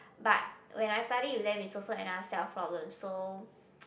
but when I study with them it's also another self problem so